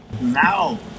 Now